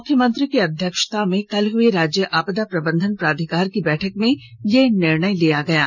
मुख्यमंत्री की अध्यक्षता में कल हुई राज्य आपदो प्रबंधन प्राधिकार की बैठक में यह निर्णय लिया गया है